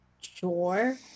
Sure